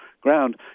ground